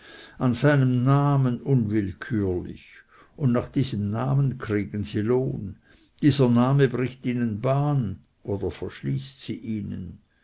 an seinem namen unwillkürlich und nach diesem namen kriegen sie lohn dieser name bricht ihnen bahn oder verschließt sie ihnen